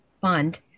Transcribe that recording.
fund